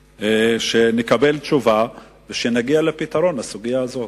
שנקבל תשובה ונגיע לפתרון הסוגיה הזאת.